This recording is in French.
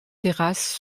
terrasses